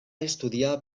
estudià